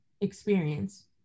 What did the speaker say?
experience